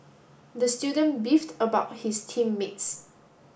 the student beefed about his team mates